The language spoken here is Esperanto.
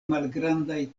malgrandaj